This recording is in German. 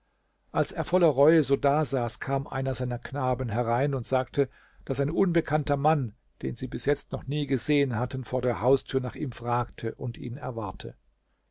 als er voller reue so dasaß kam einer seiner knaben herein und sagte daß ein unbekannter mann den sie bis jetzt noch nie gesehen hatten vor der haustür nach ihm frage und ihn erwarte